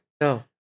no